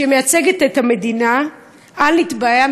שמייצגת את המדינה על נתבעיה,